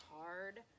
hard